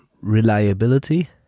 Reliability